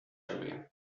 area